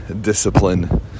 discipline